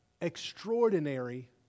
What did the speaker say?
extraordinary